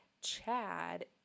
Chad